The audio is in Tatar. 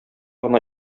гына